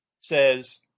says